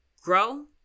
grow